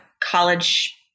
college